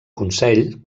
consell